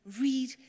read